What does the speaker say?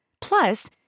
Plus